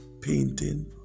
painting